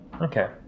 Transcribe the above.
Okay